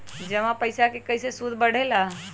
जमा पईसा के कइसे सूद बढे ला?